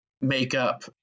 makeup